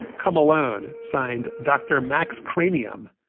come alone. signed dr. max cranium.